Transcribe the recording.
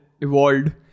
evolved